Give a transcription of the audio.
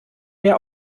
mehr